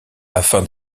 afin